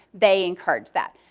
they encourage that.